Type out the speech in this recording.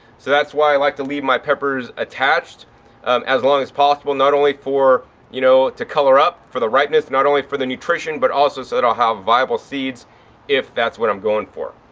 so that's why i like to leave my peppers attached as long as possible, not only for you know, to color up for the ripeness, not only for the nutrition, but also so it will have viable seeds if that's what i'm going for.